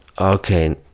okay